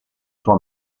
sua